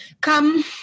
Come